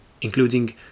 including